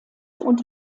und